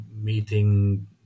meeting